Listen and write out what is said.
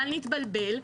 בל נתבלבל,